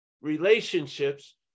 relationships